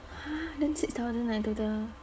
!huh! then six thousand leh total